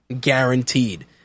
guaranteed